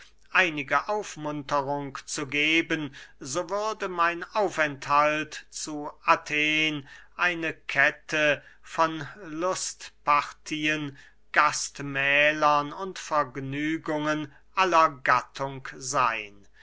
einige aufmunterung zu geben so würde mein aufenthalt zu athen eine kette von lustpartien gastmählern und vergnügungen aller gattung seyn